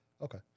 okay